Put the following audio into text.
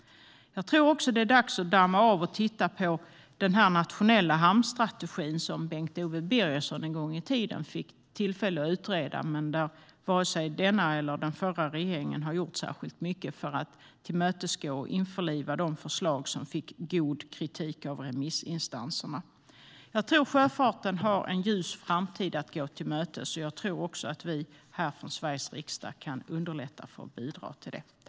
Jag tror också att det är dags att damma av den nationella hamnstrategi som utredaren Bengt Owe Birgersson en gång i tiden tog fram. Varken denna regering eller den förra har gjort särskilt mycket för att tillmötesgå och införliva de förslag som fick god kritik av remissinstanserna. Jag tror att sjöfarten har en ljus framtid att gå till mötes. Jag tror också att vi här i Sveriges riksdag kan underlätta och bidra till det.